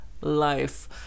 life